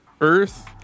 earth